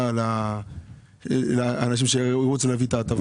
של האנשים שירוצו להביא את ההטבות.